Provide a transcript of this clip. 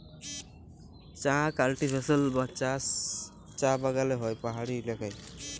চাঁ কাল্টিভেশল বা চাষ চাঁ বাগালে হ্যয় পাহাড়ি ইলাকায়